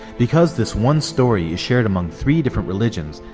because this one story is shared among three different religions,